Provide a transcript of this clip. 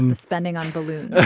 and spending on balloons.